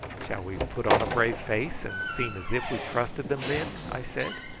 shall we put on a brave face and seem as if we trusted them then? i said.